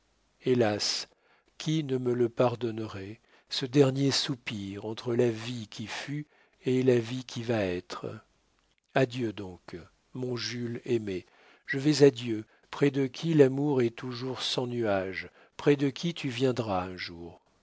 hélas qui ne me le pardonnerait ce dernier soupir entre la vie qui fut et la vie qui va être adieu donc mon jules aimé je vais à dieu près de qui l'amour est toujours sans nuages près de qui tu viendras un jour